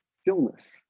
stillness